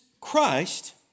Christ